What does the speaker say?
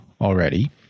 already